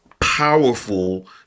powerful